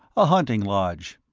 a hunting lodge.